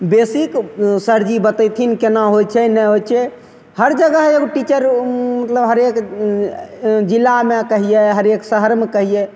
basic सरजी बतैथिन केना होइ छै नहि होइ छै हर जगह एगो टीचर मतलब हरेक जिलामे कहियै हरेक शहरमे कहियै